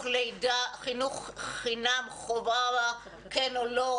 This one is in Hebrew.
חינוך חינם חובה כן או לא,